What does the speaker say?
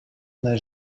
n’a